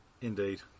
Indeed